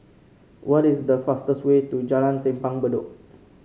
what is the fastest way to Jalan Simpang Bedok